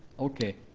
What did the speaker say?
okay,